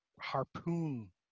harpoon